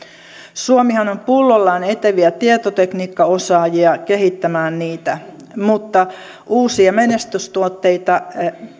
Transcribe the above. suomihan on pullollaan eteviä tietotekniikkaosaajia kehittämään niitä mutta uusia menestystuotteita